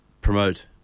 promote